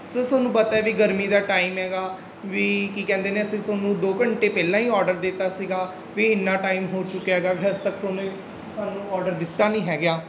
sir ਤੁਹਾਨੂੰ ਪਤਾ ਵੀ ਗਰਮੀ ਦਾ ਟਾਈਮ ਹੈਗਾ ਵੀ ਕੀ ਕਹਿੰਦੇ ਨੇ ਅਸੀਂ ਤੁਹਾਨੂੰ ਦੋ ਘੰਟੇ ਪਹਿਲਾਂ ਹੀ ਆਰਡਰ ਦੇ ਦਿੱਤਾ ਸੀਗਾ ਵੀ ਇੰਨਾ ਟਾਈਮ ਹੋ ਚੁੱਕਿਆ ਹੈਗਾ ਹਜੇ ਤੱਕ ਸੋਨੇ ਸਾਨੂੰ ਆਰਡਰ ਦਿੱਤਾ ਨਹੀਂ ਹੈਗਾ